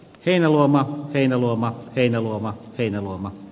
heinäluoma heinäluoma heinäluoma heinäluoma